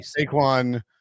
Saquon